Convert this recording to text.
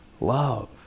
love